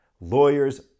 Lawyers